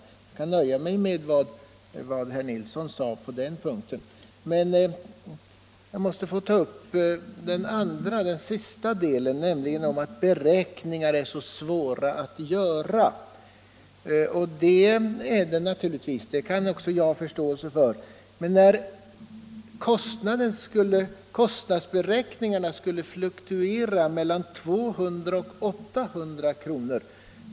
Jag kan nöja mig med vad herr Nilsson sade på den här punkten. Jag måste emellertid få ta upp frågan om att beräkningar är så svåra att göra, och det kan jag också ha förståelse för. Men kostnadsberäk Nr 84 ningarna fluktuerar mellan 200 och 800 kr.